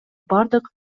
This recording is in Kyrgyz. бардык